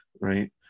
right